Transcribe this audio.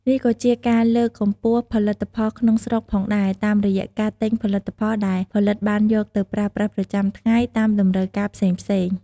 នេះក៏ជាការលើកកម្ពស់ផលិតផលក្នុងស្រុកផងដែរ តាមរយៈការទិញផលិតផលដែលផលិតបានយកទៅប្រើប្រាស់ប្រចាំថ្ងៃតាមតម្រូវការផ្សេងៗ។